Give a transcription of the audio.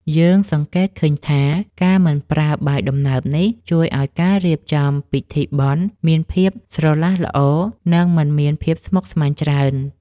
យើងសង្កេតឃើញថា ការមិនប្រើបាយដំណើបនេះជួយឱ្យការរៀបចំពិធីបុណ្យមានភាពស្រឡះល្អ និងមិនមានភាពស្មុគស្មាញច្រើន។